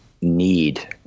need